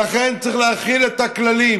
לכן, צריך להחיל את הכללים